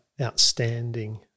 outstanding